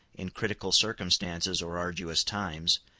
in critical circumstances or arduous times,